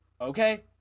okay